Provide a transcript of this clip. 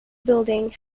building